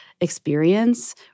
experience